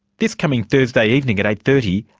this coming thursday evening at eight. thirty,